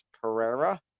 Pereira